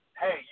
hey